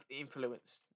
influenced